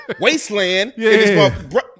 wasteland